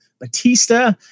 Batista